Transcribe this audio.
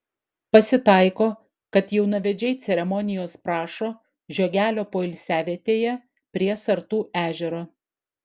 pasitaiko kad jaunavedžiai ceremonijos prašo žiogelio poilsiavietėje prie sartų ežero